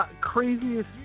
Craziest